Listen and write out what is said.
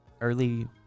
early